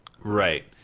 Right